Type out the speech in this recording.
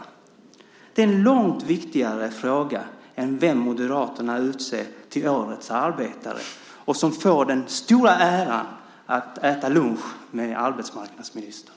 Detta är en långt viktigare fråga än vem Moderaterna utser till årets arbetare och som får den stora äran att äta lunch med arbetsmarknadsministern.